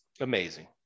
amazing